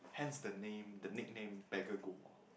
hence the name the nickname beggar ghoul